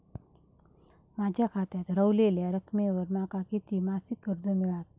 माझ्या खात्यात रव्हलेल्या रकमेवर माका किती मासिक कर्ज मिळात?